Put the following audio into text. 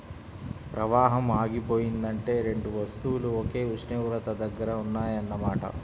ప్రవాహం ఆగిపోయిందంటే రెండు వస్తువులు ఒకే ఉష్ణోగ్రత దగ్గర ఉన్నాయన్న మాట